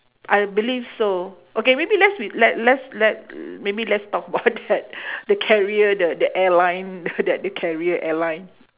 I believe so okay maybe let's r~ let's let's let's maybe let's talk about that the carrier the the airline the that carrier airline